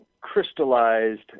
Crystallized